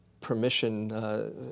permission